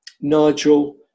Nigel